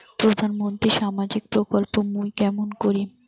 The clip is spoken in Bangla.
প্রধান মন্ত্রীর সামাজিক প্রকল্প মুই কেমন করিম?